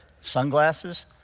sunglasses